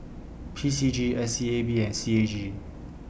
P C G S E A B and C A G